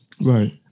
Right